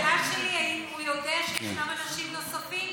השאלה שלי: האם הוא יודע שיש אנשים נוספים?